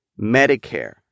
Medicare